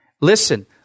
Listen